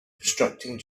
obstructing